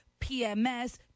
PMS